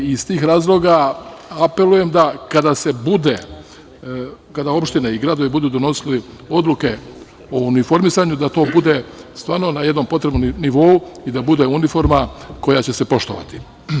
Iz tih razloga apelujem da kada se bude, kada opština i gradovi budu donosili odluke o uniformisanju da to bude stvarno na jednom potrebnom nivou i da bude uniforma koja će se poštovati.